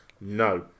no